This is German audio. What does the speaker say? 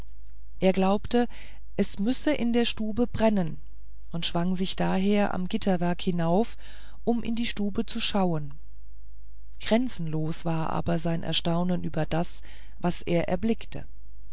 er glaubte es müsse in der stube brennen und schwang sich daher am gitterwerk hinauf um in die stube zu schauen grenzenlos war aber sein erstaunen über das was er erblickte